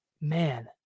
man